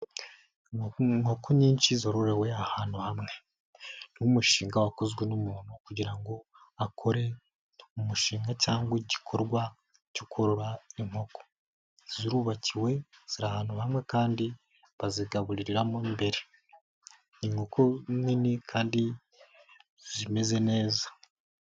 Inkoko nyinshi zororowe ahantu hamwe ni umushinga wakozwe n'umuntu kugira ngo akore umushinga cyangwa igikorwa cyo korora inkoko zirubakiwe ziri ahantu hamwe kandi bazigaburiramo imbere. Ni inkoko nini kandi zimeze neza.